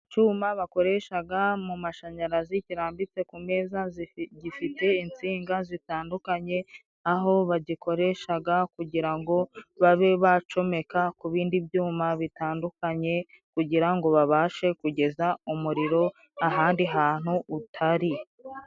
Icyuma bakoresha mu mashanyarazi kirambitse ku meza, gifite insinga zitandukanye, aho bagikoresha kugira ngo babe bacomeka ku bindi byuma bitandukanye, kugira ngo babashe kugeza umuriro ahandi hantu utari .